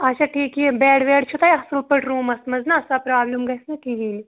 اچھا ٹھیٖک یہِ بٮ۪ڈ وٮ۪ڈ چھُو تۄہہِ اَصٕل پٲٹھۍ روٗمَس منٛز نا سۄ پرٛابلِم گَژھِ نہٕ کِہیٖنۍ